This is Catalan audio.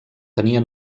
tenia